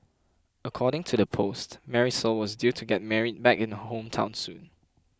according to the post Marisol was due to get married back in the hometown soon